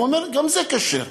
ואומר: גם זה כשר,